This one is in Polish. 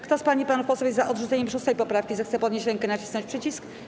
Kto z pań i panów posłów jest za odrzuceniem 6. poprawki, zechce podnieść rękę i nacisnąć przycisk.